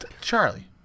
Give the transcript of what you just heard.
Charlie